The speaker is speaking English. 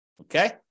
Okay